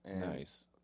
Nice